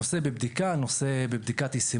הנושא בבדיקת ישימות.